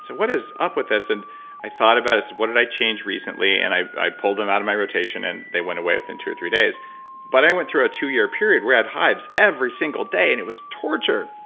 so what is up with this? and i thought about it, what did i change recently? and i i pulled them out of my rotation, and they went away within two or three days but i went through a two-year period where i had hives every single day, and it was torture.